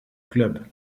club